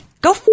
go